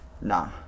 Nah